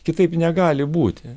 kitaip negali būti